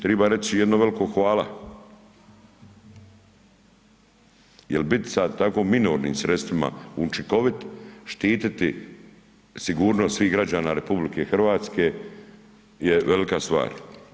Treba reći jedno veliko hvala jer biti sa tako minornim sredstvima učinkovit, štititi sigurnost svih građana RH je velika stvar.